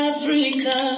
Africa